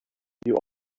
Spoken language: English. you